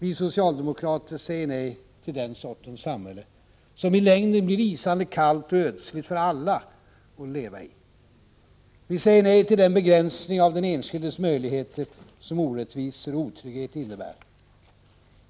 Vi socialdemokrater säger nej till den sortens samhälle, som i längden blir isande kallt och ödsligt för alla att leva i. Vi säger nej till den begränsning av den enskildes möjligheter som orättvisor och otrygghet innebär.